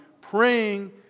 praying